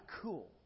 cool